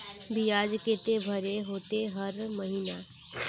बियाज केते भरे होते हर महीना?